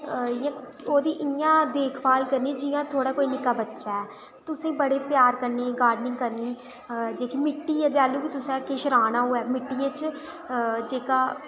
बड़ी इ''यां मतलब देख भाल करनी जि'यां थोह्ड़ा कोई निक्का बच्चा ऐ तुसें बड़े प्यार कन्नै गार्डनिंग करनी मिट्टी ऐ जेह्ड़ा बी किश राह्ना होवै मिट्टियै च ओह् जेह्का